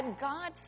God